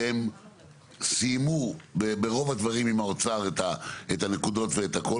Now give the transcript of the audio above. שהם סיימו ברוב הדברים עם האוצר את הנקודות ואת הכל.